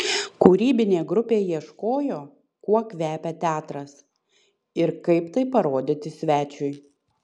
kūrybinė grupė ieškojo kuo kvepia teatras ir kaip tai parodyti svečiui